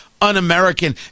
un-american